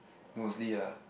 mostly eh